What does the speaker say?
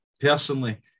Personally